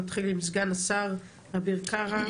נתחיל עם סגן השר אביר קארה.